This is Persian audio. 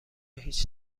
هیچ